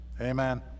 amen